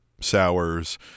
sours